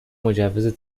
مجوز